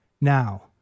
Now